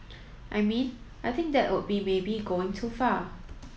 I mean I think that would be maybe going too far